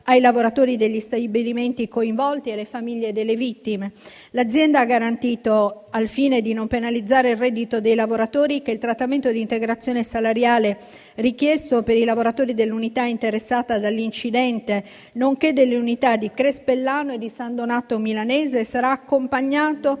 ai lavoratori degli stabilimenti coinvolti e alle famiglie delle vittime. L'azienda ha garantito, al fine di non penalizzare il reddito dei lavoratori, che il trattamento di integrazione salariale richiesto per i lavoratori dell'unità interessata dall'incidente, nonché delle unità di Crespellano e di San Donato Milanese, sarà accompagnato